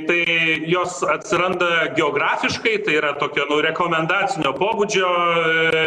tai jos atsiranda geografiškai tai yra tokio rekomendacinio